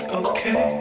okay